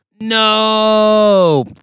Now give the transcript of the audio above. no